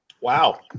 Wow